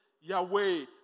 Yahweh